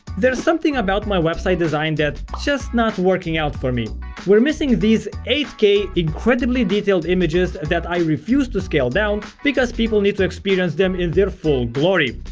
there's something about my website design that just not working out for me we're missing these eight k incredibly detailed images that i refuse to scale down because people need to experience them in their full glory!